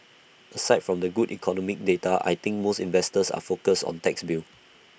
aside from the good economic data I think most investors are focused on the tax bill